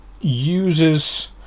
uses